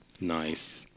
Nice